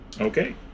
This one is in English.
Okay